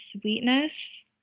sweetness